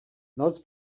noc